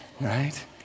right